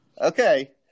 okay